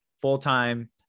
full-time